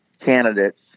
candidates